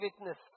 witness